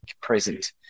present